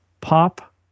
Pop